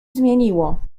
zmieniło